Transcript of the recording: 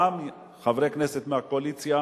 גם לחברי כנסת מהקואליציה,